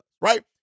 right